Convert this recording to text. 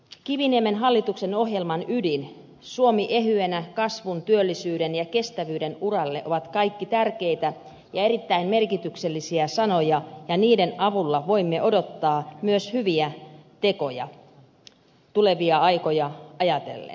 kiviniemen hallituksen ohjelman ytimen sanat suomi ehyenä kasvun työllisyyden ja kestävyyden uralle ovat kaikki tärkeitä ja erittäin merkityksellisiä sanoja ja niiden avulla voimme odottaa myös hyviä tekoja tulevia aikoja ajatellen